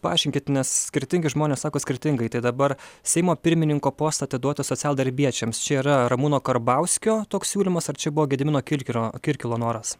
paaiškinkit nes skirtingi žmonės sako skirtingai tai dabar seimo pirmininko postą atiduoti socialdarbiečiams čia yra ramūno karbauskio toks siūlymas ar čia buvo gedimino kirkiro kirkilo noras